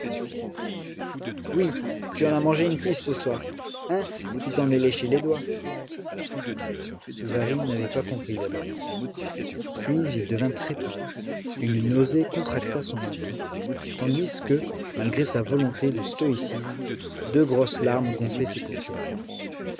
oui tu en as mangé une cuisse ce soir hein tu t'en es léché les doigts souvarine n'avait pas compris d'abord puis il devint très pâle une nausée contracta son menton tandis que malgré sa volonté de stoïcisme deux grosses larmes gonflaient ses paupières